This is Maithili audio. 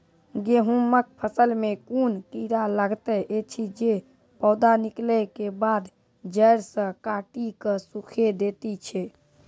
गेहूँमक फसल मे कून कीड़ा लागतै ऐछि जे पौधा निकलै केबाद जैर सऽ काटि कऽ सूखे दैति छै?